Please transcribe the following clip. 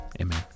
Amen